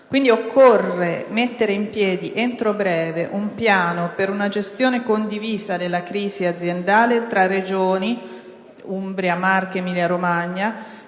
quindi, mettere in piedi entro breve un piano per una gestione condivisa della crisi aziendale tra le Regioni Umbria, Marche, Emilia Romagna